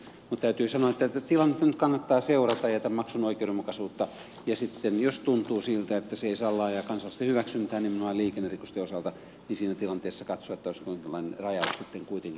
mutta täytyy sanoa että tilannetta nyt kannattaa seurata ja tämän maksun oikeudenmukaisuutta ja sitten jos tuntuu siltä että se ei saa laajaa kansalaisten hyväksyntää nimenomaan liikennerikosten osalta niin siinä tilanteessa katsoo taas vain jostakin kuitin